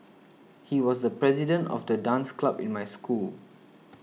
he was the president of the dance club in my school